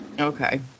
Okay